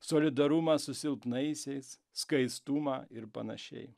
solidarumą su silpnaisiais skaistumą ir panašiai